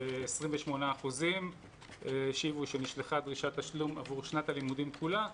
28% השיבו שנשלחה דרישת תשלום עבור שנת הלימודים כולה,